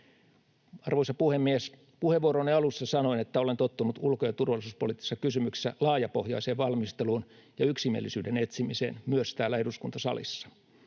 Arvoisa puhemies! Puheenvuoroni alussa sanoin, että olen tottunut ulko- ja turvallisuuspoliittisissa kysymyksissä laajapohjaiseen valmisteluun ja yksimielisyyden etsimiseen myös täällä eduskuntasalissa.